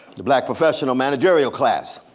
the black professional managerial class.